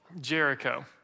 Jericho